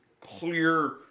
clear